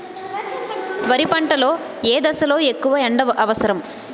వరి పంట లో ఏ దశ లొ ఎక్కువ ఎండా అవసరం?